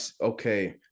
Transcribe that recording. Okay